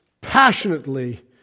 passionately